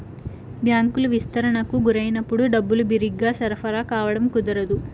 బ్యాంకులు విస్తరణకు గురైనప్పుడు డబ్బులు బిరిగ్గా సరఫరా కావడం కుదరదు